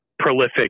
prolific